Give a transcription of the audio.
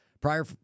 Prior